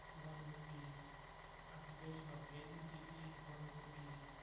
one would be activation of latent tb. one would be